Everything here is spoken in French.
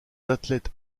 athlètes